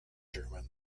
german